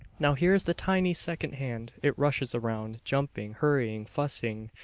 now here is the tiny second hand it rushes around, jumping, hurrying, fussy,